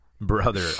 brother